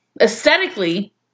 Aesthetically